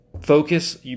Focus